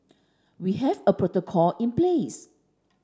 we have a protocol in place